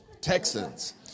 Texans